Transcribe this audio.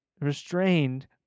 restrained